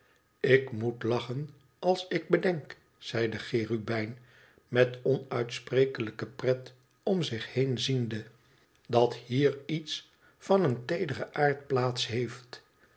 ik moet lachen als ik bedenk zei de cherubijn met onuitsprekelijke pret om zich heen ziende i dat hier iets van een teederen aard plaats heeft